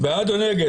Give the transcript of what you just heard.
בעד או נגד?